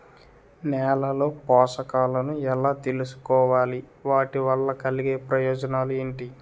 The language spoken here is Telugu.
నేలలో పోషకాలను ఎలా తెలుసుకోవాలి? వాటి వల్ల కలిగే ప్రయోజనాలు ఏంటి?